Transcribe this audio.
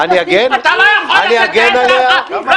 אני רוצה לדבר, להצביע.